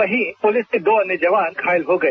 वहीं पुलिस के दो अन्य जवान घायल हो गए